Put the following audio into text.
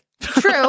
True